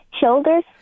shoulders